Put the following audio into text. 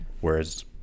whereas